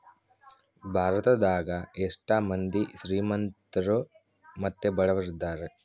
ಭಾರತದಗ ಎಷ್ಟ ಮಂದಿ ಶ್ರೀಮಂತ್ರು ಮತ್ತೆ ಬಡವರಿದ್ದಾರೆ?